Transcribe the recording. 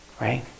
right